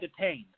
detained